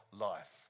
life